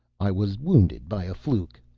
i was wounded by a fluke.